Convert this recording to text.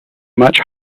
much